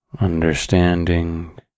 understanding